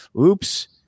Oops